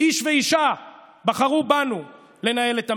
איש ואישה בחרו בנו לנהל את המדינה,